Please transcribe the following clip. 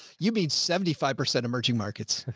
you mean seventy five percent emerging markets?